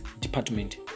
department